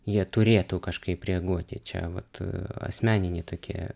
jie turėtų kažkaip reaguoti čia vat asmeniniai tokie